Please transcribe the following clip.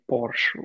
Porsche